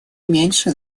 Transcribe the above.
меньше